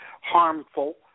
harmful